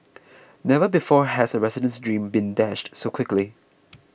never before has a resident's dream been dashed so quickly